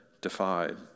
defied